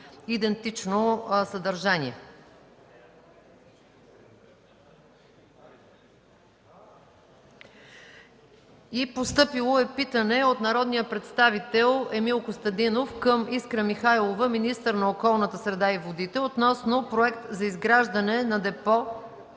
идентично съдържание. Постъпило е питане от Емил Костадинов към Искра Михайлова – министър на околната среда и водите, относно Проект за изграждане на депо